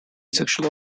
sexual